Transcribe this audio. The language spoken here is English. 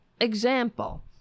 example